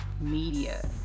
Media